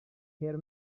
her